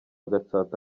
gatsata